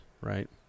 right